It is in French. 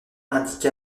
indique